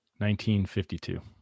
1952